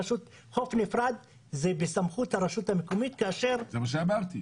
חוק נפרד וזה בסמכות הרשות המקומית -- זה מה שאמרתי.